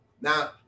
Now